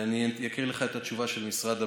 אני אקריא לך את התשובה של משרד הבריאות.